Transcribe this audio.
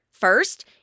First